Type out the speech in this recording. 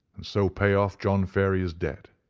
and so pay off john ferrier's debt.